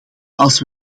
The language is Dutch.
als